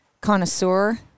connoisseur